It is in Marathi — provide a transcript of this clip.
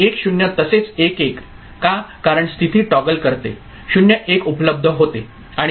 तर 1 0 तसेच 1 1 - का कारण स्थिती टॉगल करते 0 1 उपलब्ध होते